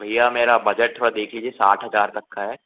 भैया मेरा बजट थोड़ा देख लीजिए साठ हज़ार तक का है